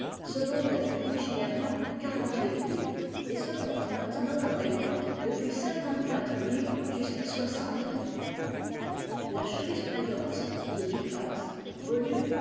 se vendait originairement quarante-huit livres et se porte maintenant dans les ventes depuis cinquante-quatre livres jusqu'à soixante livres la jurisprudence de ducase volume